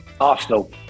Arsenal